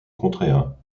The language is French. contraire